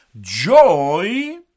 joy